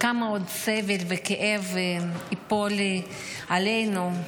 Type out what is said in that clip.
כמה סבל וכאב עוד ייפלו עלינו,